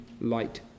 light